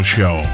Show